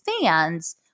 fans